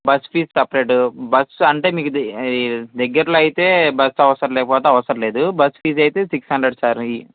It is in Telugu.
బస్సు ఫీజు సపరేటు బస్సు అంటే మీకు దగ్గరలో అయితే బస్సు అవసరం లేకపోతే అవసరం లేదు బస్సు ఫీజు అయితే సిక్స్ హండ్రెడ్ సార్